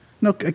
no